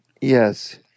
Yes